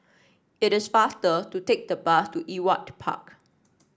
it is faster to take the bus to Ewart Park